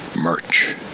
Merch